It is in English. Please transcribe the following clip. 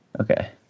Okay